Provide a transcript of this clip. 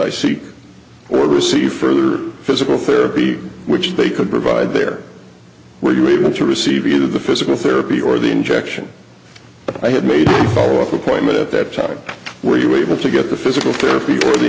i seek or receive further physical therapy which they could provide there were you able to receive either the physical therapy or the injection i had made a follow up appointment at that time were you able to get the physical